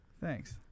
Thanks